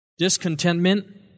Discontentment